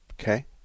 Okay